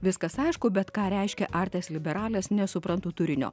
viskas aišku bet ką reiškia artes liberales nesuprantu turinio